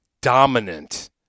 dominant